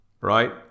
right